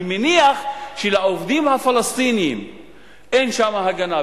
אני מניח שלעובדים הפלסטינים אין שם הגנה,